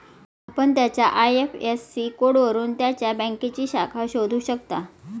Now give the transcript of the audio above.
आपण त्याच्या आय.एफ.एस.सी कोडवरून त्याच्या बँकेची शाखा शोधू शकता